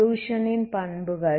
சொலுயுஷன்uxt ன் பண்புகள்